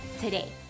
today